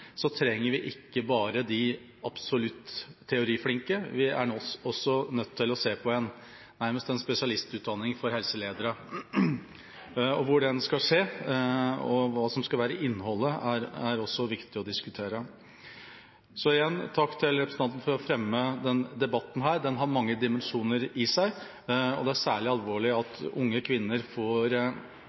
trenger vi ikke bare de absolutt teoriflinke; vi er også nødt til å se på nærmest en spesialistutdanning for helseledere. Hvor den skal være, og hva som skal være innholdet, er også viktig å diskutere. Igjen: Takk til representanten for å fremme denne debatten. Den har mange dimensjoner i seg, og det er særlig alvorlig at unge kvinner